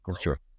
sure